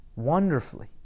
wonderfully